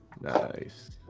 nice